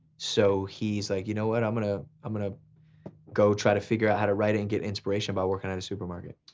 so he's like you know what i'm gonna i'm gonna go try to figure out how to write and get inspiration about working at a supermarket.